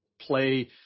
play